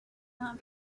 not